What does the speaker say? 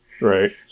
Right